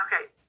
okay